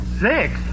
Six